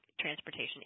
transportation